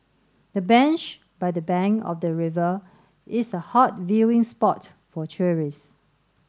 the bench by the bank of the river is a hot viewing spot for tourists